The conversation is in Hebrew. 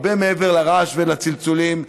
הרבה מעבר לרעש ולצלצולים.